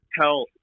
tell